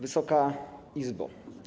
Wysoka Izbo!